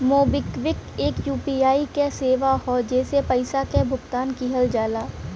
MobiKwik एक UPI क सेवा हौ जेसे पइसा क भुगतान किहल जाला